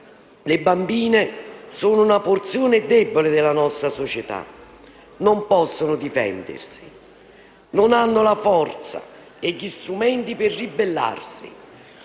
Le bambine sono una porzione debole della nostra società; non possono difendersi, non hanno la forza e gli strumenti per ribellarsi